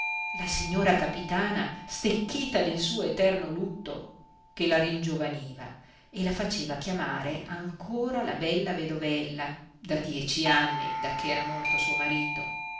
la signora capitana stecchita nel suo eterno lutto che la ringiovaniva e la faceva chiamare ancora la bella vedovella da dieci anni dacché era morto suo marito